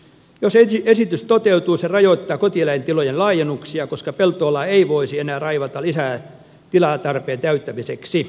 jos esitys toteutuu se rajoittaa kotieläintilojen laajennuksia koska peltoalaa ei voisi enää raivata lisää tilatarpeen täyttämiseksi